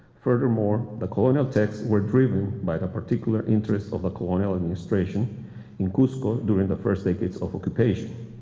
furthermore, the colonial texts were driven by the particular interests of the colonial administration in cusco during the first decades of occupation.